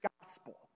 gospel